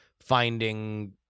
finding